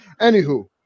Anywho